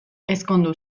ezkondu